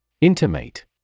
Intimate